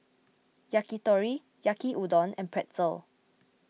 Yakitori Yaki Udon and Pretzel